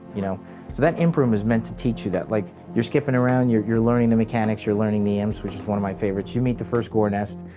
you know that imp room is meant to teach you that like you're skipping around your your learning the mechanics you're learning the imps which is one of my favorites you meet the first gore nest.